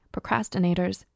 procrastinators